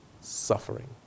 suffering